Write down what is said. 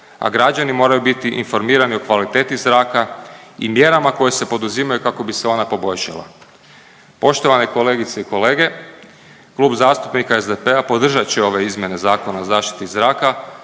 a građani moraju biti informirani o kvaliteti zraka i mjerama koje se poduzimaju kako bi se ona poboljšala. Poštovane kolegice i kolege Klub zastupnika SDP-a podržat će ove izmjene Zakona o zaštiti zraka